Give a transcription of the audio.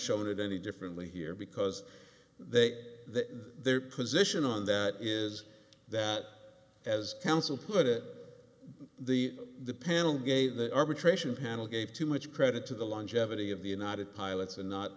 shown it any differently here because they the their position on that is that as counsel put it the the panel gave the arbitration panel gave too much credit to the longevity of the united pilots and not